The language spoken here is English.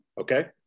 Okay